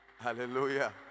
Hallelujah